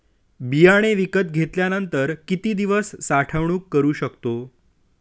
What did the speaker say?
बियाणे विकत घेतल्यानंतर किती दिवस साठवणूक करू शकतो?